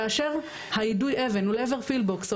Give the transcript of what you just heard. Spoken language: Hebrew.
כאשר היידוי אבן לעבר פילבוקס,